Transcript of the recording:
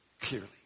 clearly